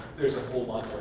there's a whole lot.